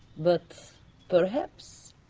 but perhaps,